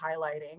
highlighting